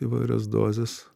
įvairios dozės